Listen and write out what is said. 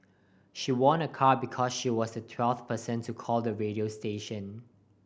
she won a car because she was the twelfth person to call the radio station